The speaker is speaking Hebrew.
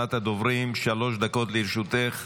ראשונת הדוברים, שלוש דקות לרשותך.